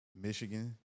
Michigan